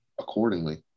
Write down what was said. accordingly